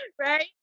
Right